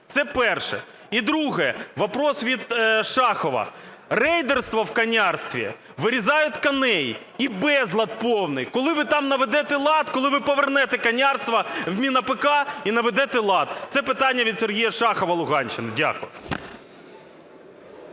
Це перше. І друге - вопрос від Шахова. Рейдерство в конярстві, вирізають коней і безлад повний. Коли ви там наведете лад, коли ви повернене конярство в МінАПК і наведе лад? Це питання від Сергія Шахова, Луганщина. Дякую.